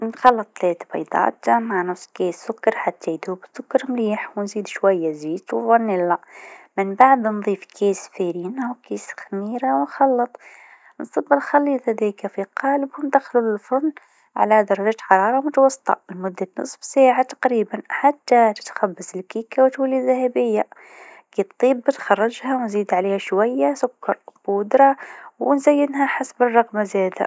باش تخبز كعكة بسيطة، أول حاجة حضر المكونات: واحد كوب سكر، واحد كوب دقيق، نص كوب زبدة، اتنين بيض، نص كوب حليب، وملعقة صغيرة بيكنج باودر. اخلط الزبدة مع السكر حتى يصبح الخليط كريمي، بعدين أضف البيض، الحليب، والبيكنج باودر. امزج الخليط بشكل جيد. صبّ العجينة في قالب مدهون بالزبدة، وادخلها الفرن على درجة مي وتمانين مئوية لمدة نص ساعة.